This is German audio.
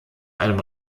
einem